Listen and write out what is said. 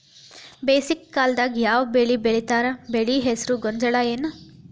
ಬೇಸಿಗೆ ಕಾಲದಾಗ ಯಾವ್ ಬೆಳಿ ಬೆಳಿತಾರ, ಬೆಳಿ ಹೆಸರು ಗೋಂಜಾಳ ಏನ್?